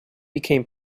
became